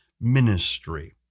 ministry